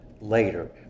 later